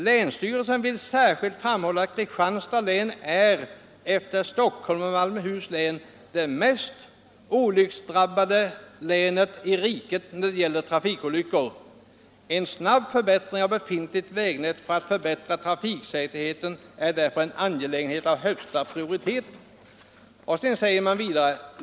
Länsstyrelsen vill särskilt framhålla att Kristianstad län är — efter Stockholms och Malmöhus län — det mest olycksdrabbade länet i riket när det gäller trafikolyckor. En snabb förbättring av befintligt vägnät för att förbättra trafiksäkerheten är därför en angelägenhet av högsta prioritet.